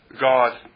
God